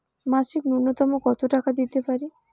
মাসিক নূন্যতম কত টাকা দিতে পারি?